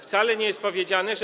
Wcale nie jest powiedziane, że.